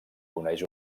coneix